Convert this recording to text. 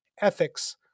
ethics